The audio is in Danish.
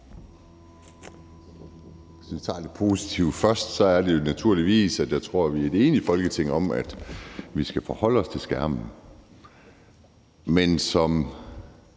Hvis vi tager det positive først, er det naturligvis, at jeg tror, vi i Folketinget er enige om, at vi skal forholde os til skærmene. Men som